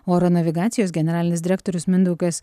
oro navigacijos generalinis direktorius mindaugas